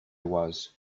was